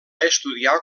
estudiar